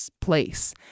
place